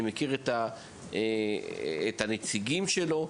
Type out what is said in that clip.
אני מכיר את הנציגים שלו,